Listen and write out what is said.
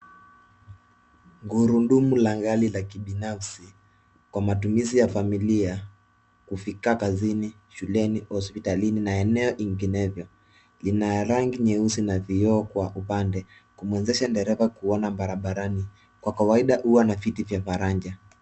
Gurudumu la gari la kibinafsi kwa matumizi ya familia kufika kazini shuleni hospitalini na eneo inginevyo ina rangi nyeusi na vioo kwa upande kumuwezesha dereva kuona barabarani kwa kawaida huwa na viti vya faraja.